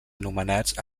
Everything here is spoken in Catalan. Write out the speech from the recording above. anomenats